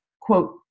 quote